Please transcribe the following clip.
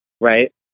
right